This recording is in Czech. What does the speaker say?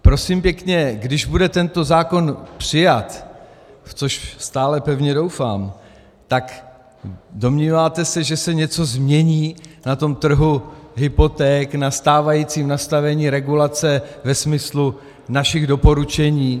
Prosím pěkně, když bude tento zákon přijat, v což stále pevně doufám, tak domníváte se, že se něco změní na tom trhu hypoték, na stávajícím nastavení regulace ve smyslu našich doporučení?